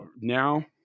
now